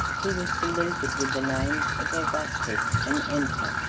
he was saluted with the names of augustus and emperor.